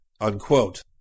unquote